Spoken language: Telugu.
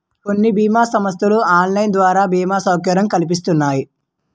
కొన్ని బీమా సంస్థలు ఆన్లైన్ ద్వారా బీమా సౌకర్యం కల్పిస్తున్నాయి